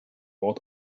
ort